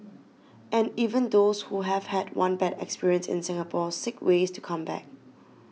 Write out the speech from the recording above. and even those who have had one bad experience in Singapore seek ways to come back